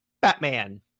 Batman